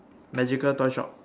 magical toy shop